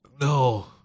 no